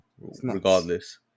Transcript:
regardless